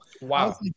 Wow